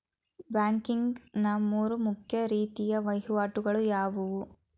Banking ನ ಮೂರು ಮುಖ್ಯ ರೀತಿಯ ವಹಿವಾಟುಗಳು ಯಾವುವು?